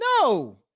No